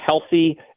healthy